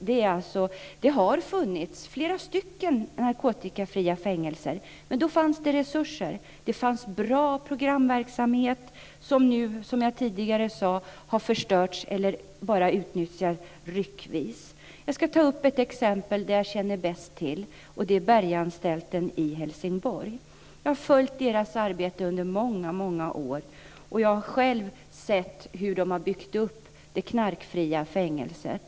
Det har funnits flera narkotikafria fängelser. Men då fanns det resurser. Det fanns bra programverksamhet, vilken nu, som jag tidigare sade, har förstörts eller bara utnyttjas ryckvis. Jag ska ta upp det exempel jag känner bäst till, nämligen Bergaanstalten i Helsingborg. Jag har följt dess arbete under många år och själv sett hur man byggt upp det knarkfria fängelset.